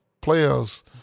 player's